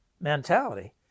mentality